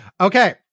okay